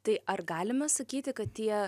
tai ar galime sakyti kad tie